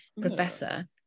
professor